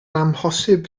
amhosib